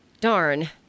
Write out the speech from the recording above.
darn